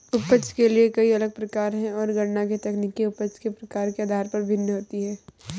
उपज के कई अलग प्रकार है, और गणना की तकनीक उपज के प्रकार के आधार पर भिन्न होती है